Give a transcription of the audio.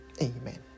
Amen